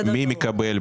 מי מקבל?